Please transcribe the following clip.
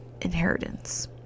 inheritance